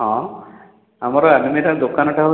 ହଁ ଆମର ଆଲମିରା ଦୋକାନଟା